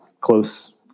close